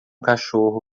cachorro